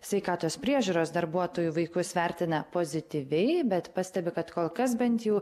sveikatos priežiūros darbuotojų vaikus vertina pozityviai bet pastebi kad kol kas bent jau